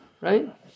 right